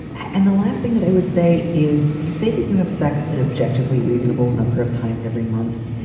and the last thing that i would say is you say that you have sex an objectively reasonable number of times every month,